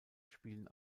spielen